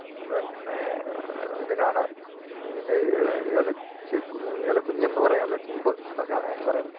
പിന്നെ ഇതിനാണ് ഇതിൻ്റെ ഇലഇഎല കുഞ്ഞെന്ന് പറയും ഇലച്ചിമ്പ് എന്നൊക്കെയാണ് അതിന് പറയുന്നത്